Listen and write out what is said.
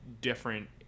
different